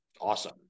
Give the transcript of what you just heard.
awesome